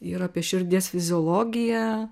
ir apie širdies fiziologiją